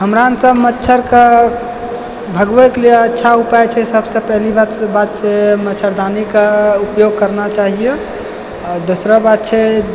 हमरा आन सब मच्छरके भगवैके लिए अच्छा उपाय छै सबसँ पहली बात छै मच्छरदानीके उपयोग करना चाहिए दोसरो बात छै